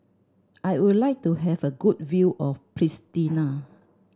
I would like to have a good view of Pristina